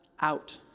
out